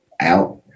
out